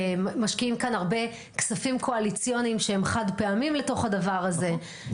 ומשקיעים כאן הרבה כספים קואליציוניים שהם חד פעמיים לתוך הדבר הזה.